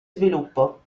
sviluppo